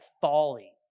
folly